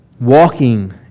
Walking